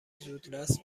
زودرس